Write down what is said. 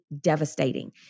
devastating